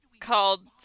called